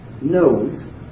knows